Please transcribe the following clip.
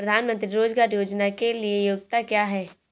प्रधानमंत्री रोज़गार योजना के लिए योग्यता क्या है?